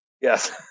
Yes